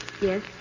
Yes